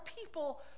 people